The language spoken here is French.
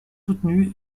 soutenus